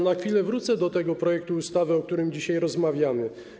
Na chwilę wrócę do tego projektu ustawy, o którym dzisiaj rozmawiamy.